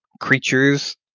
creatures